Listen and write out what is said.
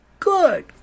Good